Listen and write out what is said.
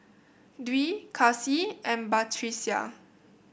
Dwi Kasih and Batrisya